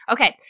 Okay